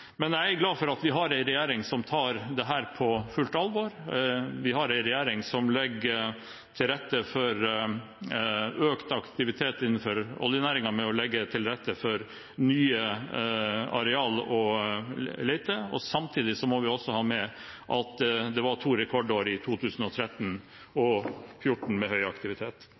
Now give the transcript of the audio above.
Men jeg er glad for at vi har en regjering som tar dette på fullt alvor. Vi har en regjering som legger til rette for økt aktivitet innenfor oljenæringen ved å åpne for nye leteareal. Samtidig må vi ha med at det var to rekordår i 2013